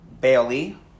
Bailey